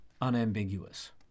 unambiguous